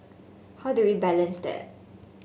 how do we balance that